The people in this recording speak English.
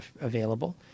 available